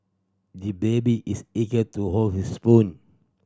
the baby is eager to hold his spoon